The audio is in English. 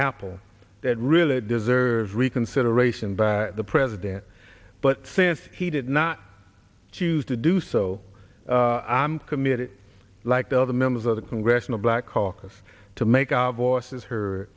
apple that really deserves reconsideration by the president but since he did not choose to do so i'm committed like the other members of the congressional black caucus to make our voices he